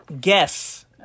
guess